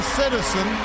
citizen